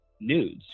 nudes